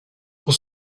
pour